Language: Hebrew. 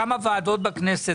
כמה ועדות הכנסת,